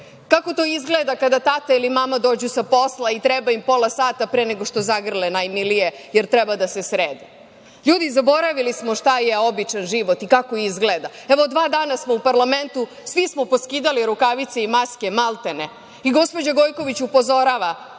kako to izgleda kada tata ili mama dođu sa posla i treba im pola sata pre nego što zagrle svoje najmilije, jer treba da srede. Ljudi, zaboravili smo šta je običan život i kako izgleda. Evo, dva dana smo u parlamentu, svi smo poskidali rukavice i maske maltene i gospođa Gojković upozorava